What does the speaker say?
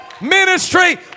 Ministry